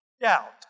doubt